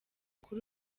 kuri